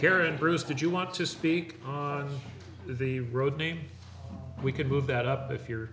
karen bruce did you want to speak on the road name we could move that up if you're